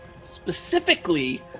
specifically